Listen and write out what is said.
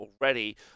already